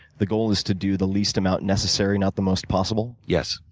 the goal is to do the least amount necessary, not the most possible. yes.